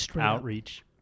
outreach